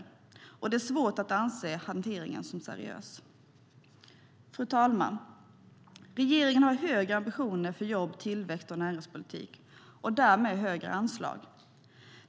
Det är svårt att anse hanteringen som seriös. Fru talman! Regeringen har högre ambitioner för jobb, tillväxt och näringspolitik och därmed högre anslag.